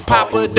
Papa